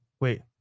Wait